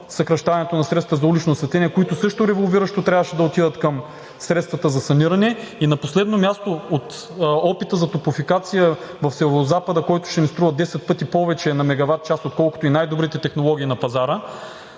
съкращаването на средствата за улично осветление, които също револвиращо също трябваше да отидат към средствата за саниране. На последно място, от опита за топлофикация в Северозапада, който ще ни струва 10 пъти повече на мегават част, отколкото и най-добрите технологии на пазара.